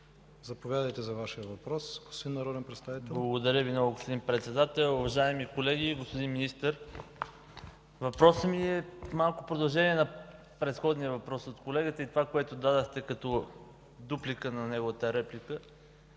Заповядайте за Вашия въпрос. ГЕОРГИ АНДОНОВ (ГЕРБ): Благодаря Ви много, господин Председател. Уважаеми колеги, господин Министър. Въпросът ми е по продължение на предходния въпрос от колегата и това, което дадохте като дуплика на неговата реплика.